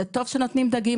זה לא טוב שנותנים דגים,